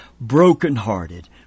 brokenhearted